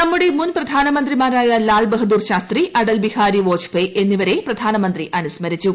നമ്മുടെ മുൻ പ്രധാനമന്ത്രിമാരായ ലാൽ ബഹാദൂർ ശാസ്ത്രീ അടൽ ബിഹാരി വാജ് പേയി എന്നിവരെ പ്രധാനമന്ത്രി അനുസ്സ്മരിച്ചു